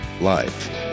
life